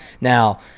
Now